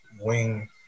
wing